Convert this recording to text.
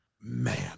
Man